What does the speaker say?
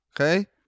okay